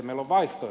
meillä on